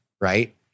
right